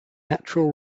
natural